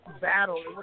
battle